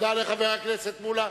תודה לחבר הכנסת מולה.